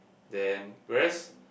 then various